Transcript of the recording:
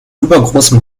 übergroßem